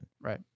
right